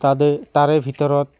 তাদে তাৰে ভিতৰত